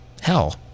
Hell